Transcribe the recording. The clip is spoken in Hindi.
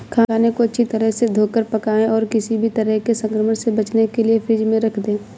खाने को अच्छी तरह से धोकर पकाएं और किसी भी तरह के संक्रमण से बचने के लिए फ्रिज में रख दें